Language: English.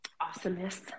awesomeness